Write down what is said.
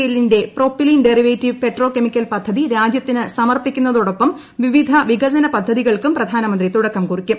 എല്ലിന്റെ propylene derivative petro chemical പദ്ധതി രാജ്യത്തിന് സമർപ്പിക്കുന്നതോടൊപ്പം വിവിധ വികസന പദ്ധതികൾക്കും പ്രധാന്മന്ത്രി തുടക്കം കുറിക്കും